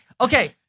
Okay